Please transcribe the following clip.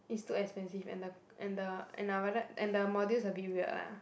it's too expensive and the and the and I rather and the modules a bit weird ah